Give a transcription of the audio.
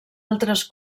altres